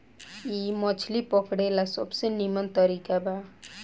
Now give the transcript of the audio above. इ मछली पकड़े ला सबसे निमन तरीका बा